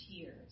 tears